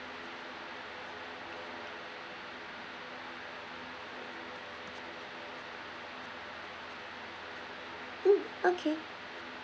mm okay